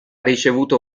ricevuto